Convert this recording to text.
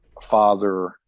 father